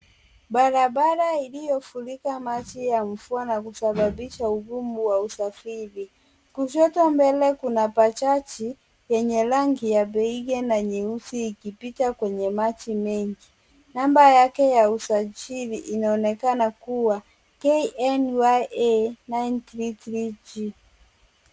Barabara iliyofurika maji ya mvua na kusababisha ugumu wa usafiri. Kushoto mbele kuna bajaji yenye rangi ya beige na nyeusi ikipita kwenye maji mengi. Namba yake ya usajili inaonekana kuwa KNYA 933G.